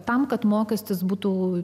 tam kad mokestis būtų